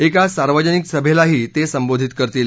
एका सार्वजनिक सभेलाही ते संबोधित करतील